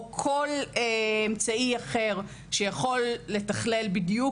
או כל אמצעי אחר שיכול לתכלל בדיוק